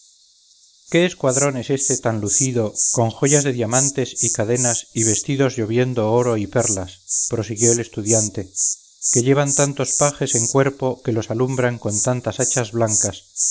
qué escuadrón es éste tan lucido con joyas de diamantes y cadenas y vestidos lloviendo oro y perlas prosiguió el estudiante que llevan tantos pajes en cuerpo que los alumbran con tantas hachas blancas